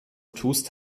tust